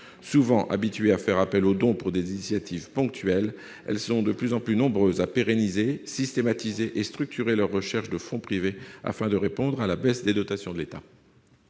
Souvent habituées à faire appel aux dons pour des initiatives ponctuelles, elles sont de plus en plus nombreuses à pérenniser, systématiser et structurer leur recherche de fonds privés, afin de faire face à la baisse des dotations de l'État.